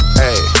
hey